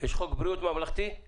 יש חוק בריאות ממלכתי?